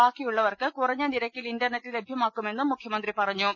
ബാക്കിയുളളവർക്ക് കുറഞ്ഞ നിരക്കിൽ ഇൻ്റർനെറ്റ് ലഭ്യമാക്കുമെന്നും മുഖ്യമന്ത്രി പറഞ്ഞു